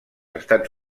estats